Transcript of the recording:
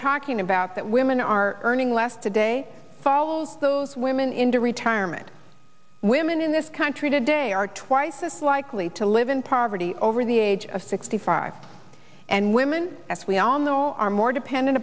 talking about that women are earning less today follows those women into retirement women in this country today are twice as likely to live in poverty over the age of sixty five and women as we on the whole are more dependent